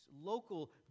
local